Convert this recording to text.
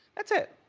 that's it.